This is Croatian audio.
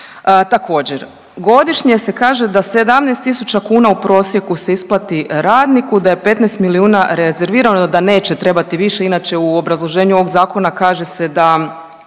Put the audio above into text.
Također godišnje se kaže da 17.000 kuna u prosjeku se isplati radniku da je 15 milijuna rezervirano da neće trebati više, inače u obrazloženju ovog zakona kaže se da